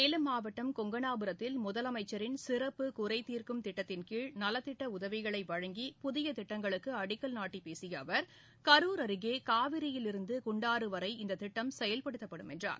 சேலம் மாவட்டம் கொங்கணாபுரத்தில் முதலமைச்சரின் சிறப்பு குறைதீர்க்கும் திட்டத்தின்கீழ் நலத்திட்டஉதவிகளைவழங்கி புதியதிட்டங்களுக்குஅடிக்கல் நாட்டிபேசியஅவர் கரூர் அருகேகாவிரியில் இருந்து குண்டாறுவரை இந்ததிட்டம் செயல்படுத்தப்படும் என்றார்